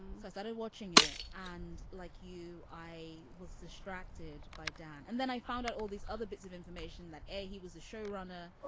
so i started watching it. and like you i was distracted by dan and then i found out all these other bits of information that he was a show runner.